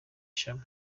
shami